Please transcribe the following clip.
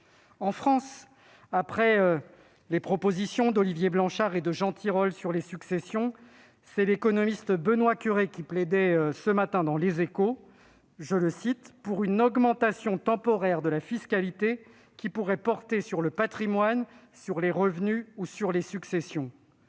En France, après les propositions d'Olivier Blanchard et de Jean Tirole sur les successions, l'économiste Benoît Coeuré plaidait ce matin dans « pour une augmentation temporaire de la fiscalité qui pourrait porter sur le patrimoine, sur les revenus ou sur les successions ».